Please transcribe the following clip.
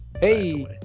Hey